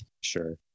sure